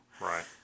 Right